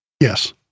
yes